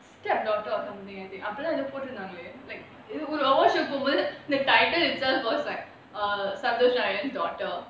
stepdaughter or something அப்போதான் எதோ போட்ருந்தாங்களே:appothaan etho potrunthaangalae title itself was like uh nandu sharayson's daughter